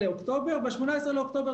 במסגרת חיפושינו אחרי נתונים,